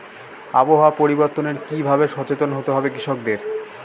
আবহাওয়া পরিবর্তনের কি ভাবে সচেতন হতে হবে কৃষকদের?